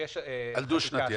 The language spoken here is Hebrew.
שיש חקיקה --- על דו-שנתי.